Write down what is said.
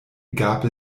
gab